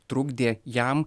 trukdė jam